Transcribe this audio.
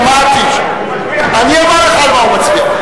שמעתי, אני אומר לך על מה הוא מצביע.